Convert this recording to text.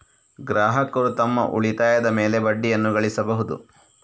ಗ್ರಾಹಕರು ತಮ್ಮ ಉಳಿತಾಯದ ಮೇಲೆ ಬಡ್ಡಿಯನ್ನು ಗಳಿಸಬಹುದು